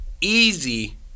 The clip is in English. easy